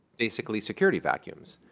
basically, security vacuums.